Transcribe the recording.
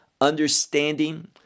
understanding